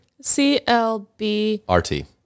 C-L-B-R-T